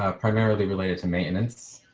ah primarily related to maintenance.